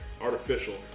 Artificial